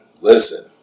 Listen